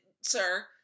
sir